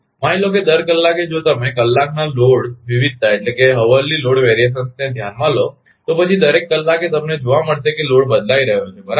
માની લો કે દર કલાકે જો તમે કલાકના લોડ વિવિધતાને ધ્યાનમાં લો તો પછી દરેક કલાકે તમને જોવા મળશે કે લોડ બદલાઇ રહ્યો છે બરાબર